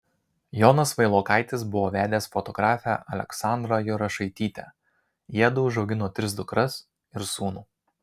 jonas vailokaitis buvo vedęs fotografę aleksandrą jurašaitytę jiedu užaugino tris dukras ir sūnų